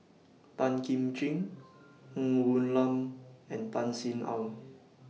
Tan Kim Ching Ng Woon Lam and Tan Sin Aun